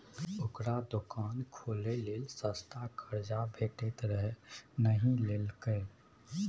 ओकरा दोकान खोलय लेल सस्ता कर्जा भेटैत रहय नहि लेलकै